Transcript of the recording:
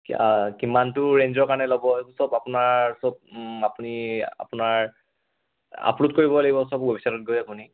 কিমানটো ৰেঞ্জৰ কাৰণে ল'ব এইবোৰ চব আপোনাৰ চব আপুনি আপোনাৰ আপলোড কৰিব লাগিব চব ৱেবছাইটত গৈ আপুনি